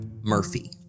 Murphy